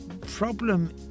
problem